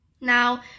Now